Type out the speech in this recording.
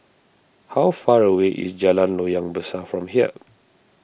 how far away is Jalan Loyang Besar from here